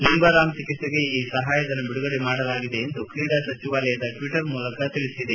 ಲಿಂಬಾರಾಮ್ ಚಿಕಿತ್ಸೆಗೆ ಈ ಸಹಾಯಧನ ಬಿಡುಗಡೆ ಮಾಡಲಾಗಿದೆ ಎಂದು ಕ್ರೀಡಾ ಸಚಿವಾಲಯ ಟ್ವೀಟರ್ ಮೂಲಕ ತಿಳಿಸಿದೆ